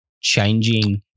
changing